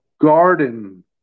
garden